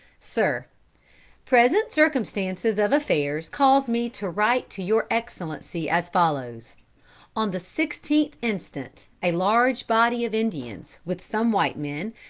sir present circumstances of affairs cause me to write to your excellency, as follows on the sixteenth instant, a large body of indians, with some white men,